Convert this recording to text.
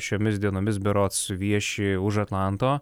šiomis dienomis berods vieši už atlanto